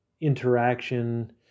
interaction